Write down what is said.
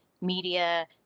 media